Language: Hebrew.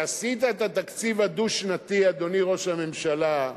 אדוני ראש הממשלה,